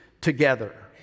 together